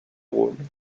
rôle